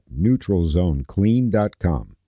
NeutralZoneClean.com